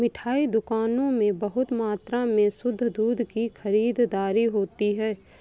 मिठाई दुकानों में बहुत मात्रा में शुद्ध दूध की खरीददारी होती है